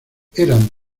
eran